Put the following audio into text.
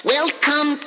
Welcome